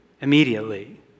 immediately